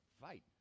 fight